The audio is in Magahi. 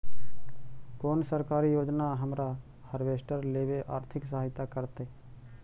कोन सरकारी योजना हमरा हार्वेस्टर लेवे आर्थिक सहायता करतै?